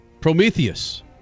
Prometheus